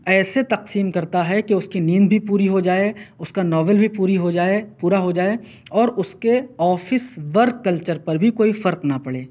ایسے تقسیم کرتا ہے کہ اُس کی نیند بھی پوری ہو جائے اُس کا ناول بھی پوری ہو جائے پورا ہو جائے اور اُس کے آفس ورک کلچر پر بھی کوئی فرق نہ پڑے